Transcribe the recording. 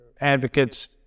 advocates